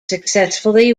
successfully